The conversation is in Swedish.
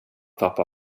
pappa